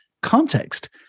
context